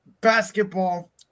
Basketball